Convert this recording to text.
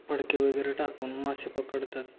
फडके वगैरे टाकून मासे पकडतात